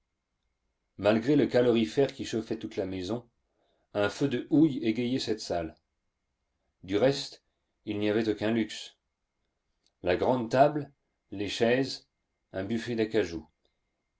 malgré le calorifère qui chauffait toute la maison un feu de houille égayait cette salle du reste il n'y avait aucun luxe la grande table les chaises un buffet d'acajou